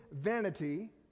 vanity